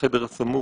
בחדר הסמוך,